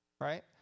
right